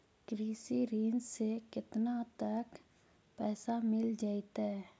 कृषि ऋण से केतना तक पैसा मिल जइतै?